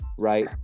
Right